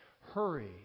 Hurry